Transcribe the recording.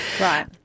Right